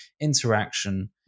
interaction